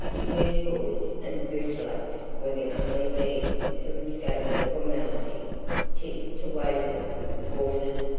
newsboys and bootblacks were the only beings who escaped the formality tips to waiters, porters,